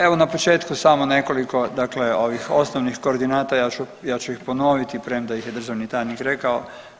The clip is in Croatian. Evo na početku samo nekoliko dakle ovih osnovnih koordinata, ja ću ih ponoviti premda ih je državni tajnik rekao.